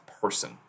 person